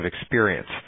experience